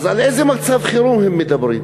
אז על איזה מצב חירום הם מדברים?